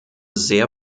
sehr